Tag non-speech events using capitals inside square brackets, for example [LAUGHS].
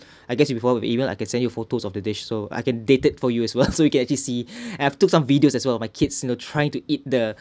I guess you forward me the email I can send you photos of the dish so I can dated for you as well [LAUGHS] so you can actually see and I've took some videos as well my kids you know trying to eat the